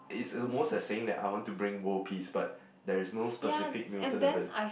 is almost as saying that I want to bring world peace but there is no specific mutant abili~